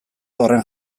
horren